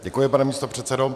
Děkuji, pane místopředsedo.